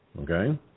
Okay